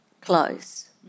close